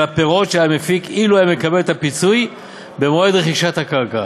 הפירות שהיה מפיק אילו קיבל את הפיצוי במועד רכישת הקרקע.